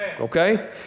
Okay